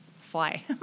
fly